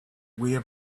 way